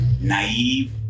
naive